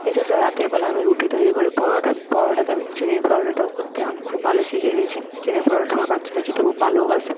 এছাড়া রাতের বেলা আমি রুটি তৈরি করি পরোটা পরোটাতে আমি চিনির পরোটাটাও করতে এখন খুব ভালো শিখে গেছি চিনির পরোটা আমার বাচ্চারা খেতে খুব ভালোবাসে